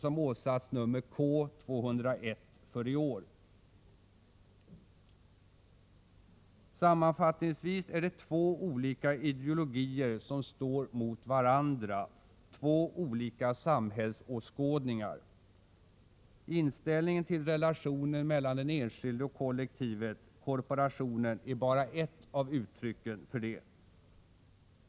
Sammanfattningsvis är det två olika ideologier som står emot varandra, två olika samhällsåskådningar. Inställningen till relationen mellan den enskilde och kollektivet, korporationen, är bara ett av uttrycken härför.